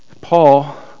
Paul